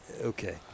Okay